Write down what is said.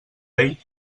vell